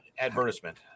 advertisement